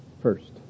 first